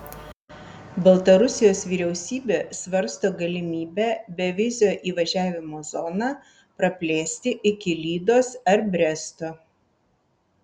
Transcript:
baltarusijos vyriausybė svarsto galimybę bevizio įvažiavimo zoną praplėsti iki lydos ar bresto